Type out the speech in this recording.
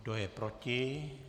Kdo je proti?